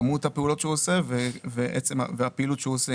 כמות הפעולות שהוא עושה והפעילות שהוא עושה,